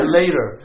later